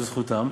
וזאת זכותם,